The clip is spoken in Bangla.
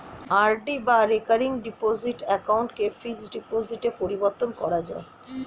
আর.ডি বা রেকারিং ডিপোজিট অ্যাকাউন্টকে ফিক্সড ডিপোজিটে পরিবর্তন করা যায়